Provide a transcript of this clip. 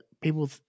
people